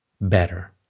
better